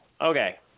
Okay